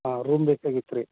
ಹಾಂ ರೂಮ್ ಬೇಕಾಗಿತ್ತು ರೀ